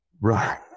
Right